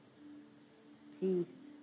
Peace